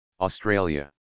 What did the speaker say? Australia